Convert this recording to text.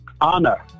Honor